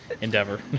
endeavor